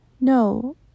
No